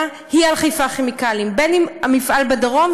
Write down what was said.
היא על "חיפה כימיקלים" בין אם מפעל בדרום,